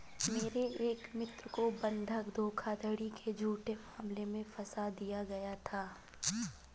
मेरे एक मित्र को बंधक धोखाधड़ी के झूठे मामले में फसा दिया गया था